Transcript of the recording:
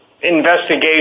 investigation